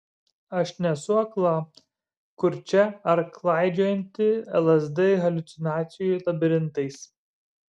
aš nesu akla kurčia ar klaidžiojanti lsd haliucinacijų labirintais